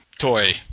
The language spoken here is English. toy